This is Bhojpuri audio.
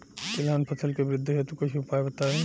तिलहन फसल के वृद्धि हेतु कुछ उपाय बताई?